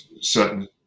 certain